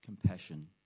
compassion